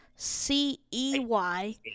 C-E-Y